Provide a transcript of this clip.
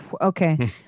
Okay